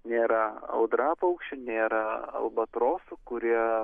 nėra audrapaukščių nėra albatrosų kurie